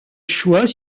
choix